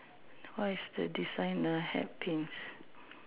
what is the designer hat Pins